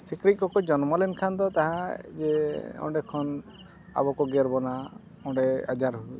ᱥᱤᱠᱬᱤᱡ ᱠᱚᱠᱚ ᱡᱚᱱᱢᱚ ᱞᱮᱱᱠᱷᱟᱡ ᱫᱚ ᱡᱟ ᱚᱸᱰᱮ ᱠᱷᱚᱱ ᱟᱵᱚ ᱠᱚ ᱜᱮᱨ ᱵᱚᱱᱟ ᱚᱸᱰᱮ ᱟᱡᱟᱨ